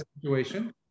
situation